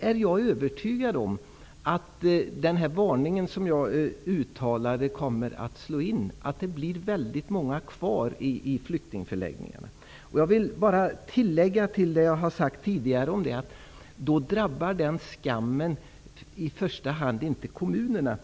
är jag övertygad om att den varning som jag uttalade kommer att slå in. Det kommer att bli väldigt många kvar i flyktingförläggningarna. Till det jag har sagt tidigare vill jag bara tillägga att då drabbar den skammen i första hand inte kommunerna.